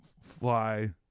fly